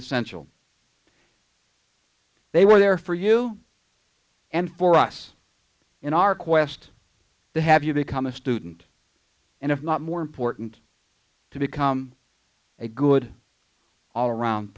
essential they were there for you and for us in our quest to have you become a student and if not more important to become a good all around